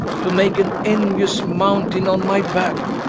to make an enuious mountaine on my back,